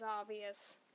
obvious